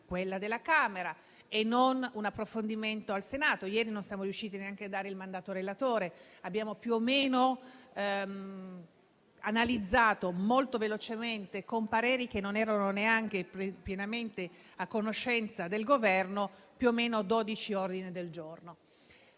quella della Camera, e non un approfondimento al Senato. Ieri non siamo riusciti neanche a dare il mandato al relatore. Abbiamo analizzato molto velocemente, con pareri che non erano neanche pienamente a conoscenza del Governo, più o meno 12 ordini del giorno.